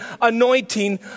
anointing